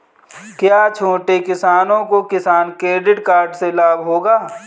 क्या छोटे किसानों को किसान क्रेडिट कार्ड से लाभ होगा?